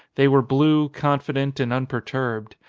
they were blue, confident, and unperturbed.